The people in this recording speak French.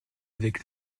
avec